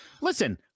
Listen